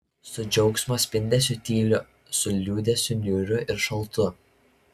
su džiaugsmo spindesiu tyliu su liūdesiu niūriu ir šaltu